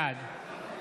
בעד